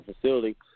facility